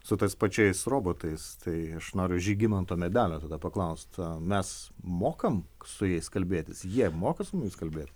su tais pačiais robotais tai aš noriu žygimanto medelio tada paklaust mes mokam su jais kalbėtis jie moka su mumis kalbėti